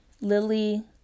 lily